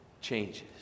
changes